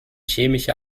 chemische